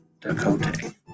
Dakota